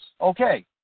Okay